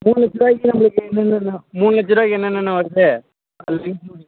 மூணு லட்ச ரூபாய்க்கு நம்மளுக்கு என்னன்னன்ணே மூணு லட்ச ரூபாய்க்கு என்னன்னன்ணே வருது அது நீங்